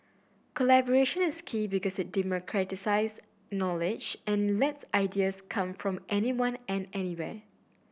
collaboration is key because it democratises knowledge and lets ideas come from anyone and anywhere